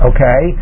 Okay